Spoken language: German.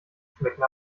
schmecken